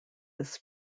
this